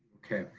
okay,